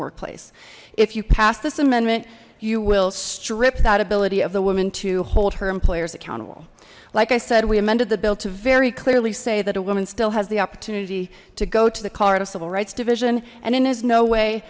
workplace if you pass this amendment you will strip that ability of the woman to hold her employers accountable like i said we amended the bill to very clearly say that a woman still has the opportunity to go to the colorado civil rights division and in his no way